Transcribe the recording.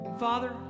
Father